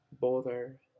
bother